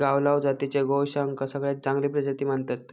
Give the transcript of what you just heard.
गावलाव जातीच्या गोवंशाक सगळ्यात चांगली प्रजाती मानतत